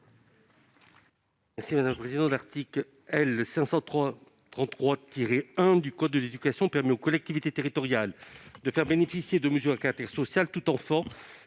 M. Max Brisson. L'article L. 533-1 du code de l'éducation permet aux collectivités territoriales de faire bénéficier de mesures à caractère social tout enfant